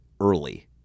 early